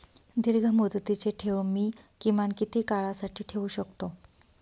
दीर्घमुदतीचे ठेव मी किमान किती काळासाठी ठेवू शकतो?